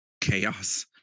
chaos